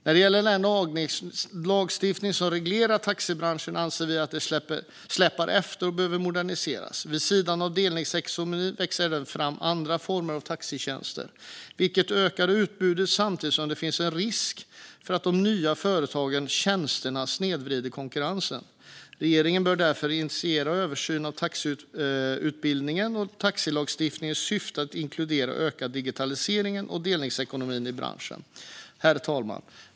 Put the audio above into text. När det gäller den lagstiftning som reglerar taxibranschen anser vi att den släpar efter och behöver moderniseras. Vid sidan av delningsekonomin växer även andra former av taxitjänster fram, vilket ökar utbudet samtidigt som det finns en risk för att de nya företagen och tjänsterna snedvrider konkurrensen. Regeringen bör därför initiera en översyn av taxiutbildningen och taxilagstiftningen i syfte att inkludera och öka digitaliseringen och delningsekonomin i branschen. Herr talman!